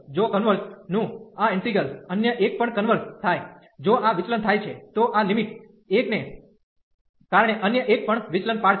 જો કન્વર્ઝ નું આ ઈન્ટિગ્રલ અન્ય એક પણ કન્વર્ઝ થાય જો આ વિચલન થાય છે તો આ લિમિટ એક ને કારણે અન્ય એક પણ વિચલન પાડશે